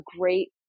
great